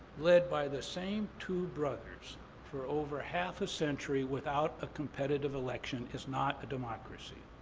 led by the same two brothers for over half a century without a competitive election is not a democracy.